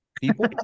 people